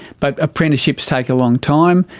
but apprenticeships take a long time,